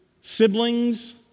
siblings